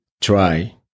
try